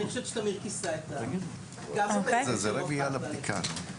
אני חושבת שתמיר כיסה גם את ההיבט של רווחת בעלי חיים.